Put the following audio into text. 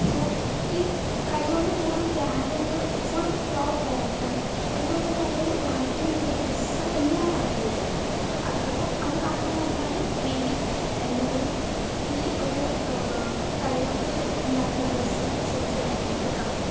so ഈ കൈ കൊണ്ട് കൂടുതൽ കെയർ ചെയ്ത് ഫുൾ പ്യൂർ കോട്ടൺ അതുപോലെ തന്നെ നല്ലൊരു ക്വാളിറ്റിയിലൊരു ഡ്രസ്സ് എല്ലാവരും ആഗ്രഹിക്കും അത് അതു കാരണം കൊണ്ടാണ് മേ ബി എല്ലാവരും ഈ ഒരു കൈ കൊണ്ട് ഉണ്ടാക്കുന്ന ഡ്രസ്സിനെ ചൂസ് ചെയ്യാനുള്ളൊരു കാരണം